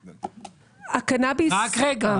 -- שנייה.